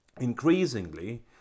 increasingly